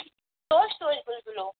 توش توش بُلبُلو